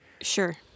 sure